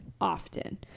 often